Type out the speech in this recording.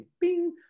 bing